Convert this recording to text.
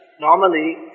Normally